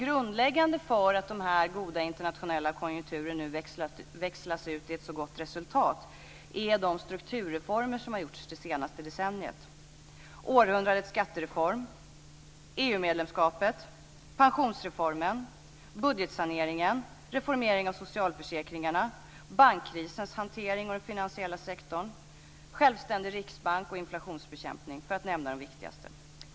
Grundläggande för att den goda internationella konjunkturen nu växlas ut i ett så gott resultat är de strukturreformer som har genomförts under det senaste decenniet: århundradets skattereform, EU medlemskapet, pensionsreformen, budgetsaneringen, reformeringen av socialförsäkringarna, bankkrisens hantering och den finansiella sektorn, Riksbankens självständiga ställning och inflationsbekämpningen - för att nämna några av de viktigaste reformerna.